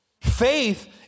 Faith